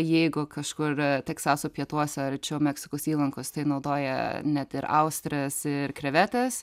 jeigu kažkur teksaso pietuose arčiau meksikos įlankos tai naudoja net ir austres ir krevetes